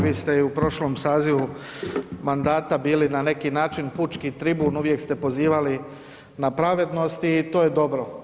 Vi ste i u prošlom sazivu mandata bili na neki način pučki tribun, uvijek ste pozivali na pravednost i to je dobro.